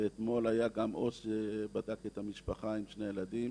ואתמול היה גם עו"ס שבדק את המשפחה עם שני הילדים.